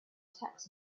tax